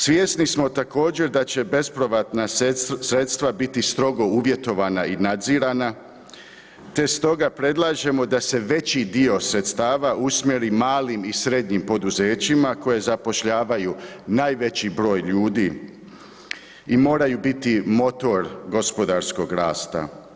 Svjesni smo također da će bespovratna sredstva biti strogo uvjetovana i nadzirana te stoga predlažemo da se veći dio sredstava usmjeri malim i srednjim poduzećima koje zapošljavaju najveći broj ljudi i moraju biti motor gospodarskog rasta.